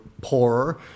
poorer